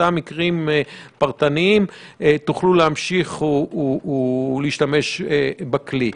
אותם מקרים פרטניים, תוכלו להמשיך ולהשתמש בכלי.